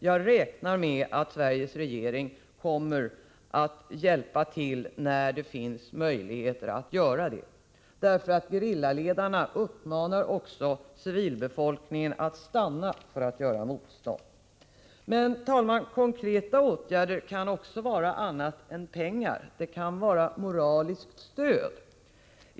Jag räknar med att Sveriges regering kommer att hjälpa till när det finns möjligheter att göra det — gerillaledarna uppmanar också civilbefolkningen att stanna för att göra motstånd. Men, herr talman, konkreta åtgärder kan också vara annat än pengar — det kan vara moraliskt stöd.